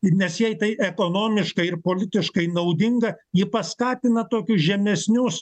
nes jei tai ekonomiškai ir politiškai naudinga ji paskatina tokius žemesnius